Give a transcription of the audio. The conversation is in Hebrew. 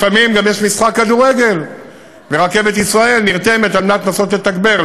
לפעמים גם יש משחק כדורגל ורכבת ישראל נרתמת על מנת לנסות לתגבר,